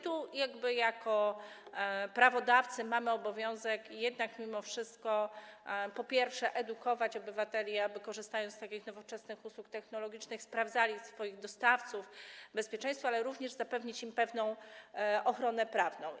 Tu jako prawodawcy mamy obowiązek jednak mimo wszystko, po pierwsze, edukować obywateli, aby korzystając z takich nowoczesnych usług technologicznych, sprawdzali swoich dostawców, bo chodzi o bezpieczeństwo, ale również zapewnić im pewną ochronę prawną.